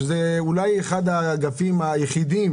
זה אולי אחד האגפים היחידים